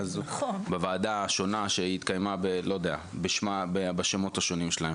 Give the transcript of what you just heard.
הזו או בוועדה שהתקיימה בשמות השונים.